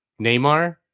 Neymar